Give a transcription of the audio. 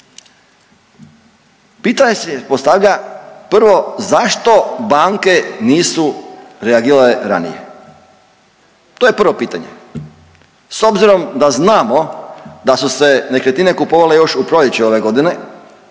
pitanje se postavlja prvo zašto banke nisu reagirale ranije, to je prvo pitanje, s obzirom da znamo da su se nekretnine kupovale još u proljeće ove godine,